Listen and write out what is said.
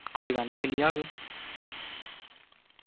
कोई गल्ल निं मिली जाह्ग